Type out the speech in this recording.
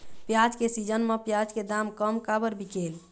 प्याज के सीजन म प्याज के दाम कम काबर बिकेल?